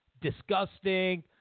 disgusting